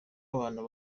abantu